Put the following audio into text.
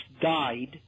died